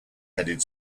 headed